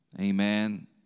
Amen